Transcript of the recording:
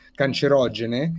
cancerogene